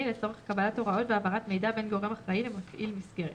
מפעיל מסגרת